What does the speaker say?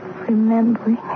remembering